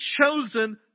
chosen